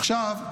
עכשיו,